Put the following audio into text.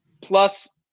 plus –